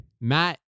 Matt